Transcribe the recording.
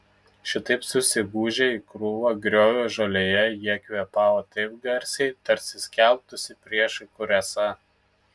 šitaip susigūžę į krūvą griovio žolėje jie kvėpavo taip garsiai tarsi skelbtųsi priešui kur esą